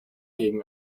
gegen